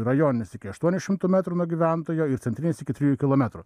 rajoninis iki aštuonių šimtų metrų nuo gyventojo o centrinis iki trijų kilometrų